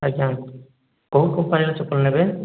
ଆଜ୍ଞା କେଉଁ କମ୍ପାନୀର ଚପଲ ନେବେ